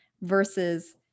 versus